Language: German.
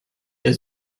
der